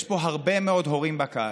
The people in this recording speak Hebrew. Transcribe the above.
יש פה הרבה מאוד הורים בקהל,